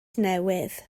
newydd